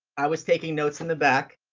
i was taking notes in the back,